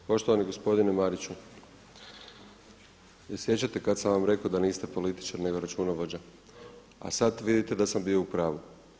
Poštovani gospodine Mariću, je li se sjećate kada sam vam rekao da niste političar nego računovođa? … [[Upadica se ne čuje.]] A sada vidite da sam bio u pravu.